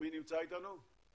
מי נמצא איתנו?